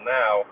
now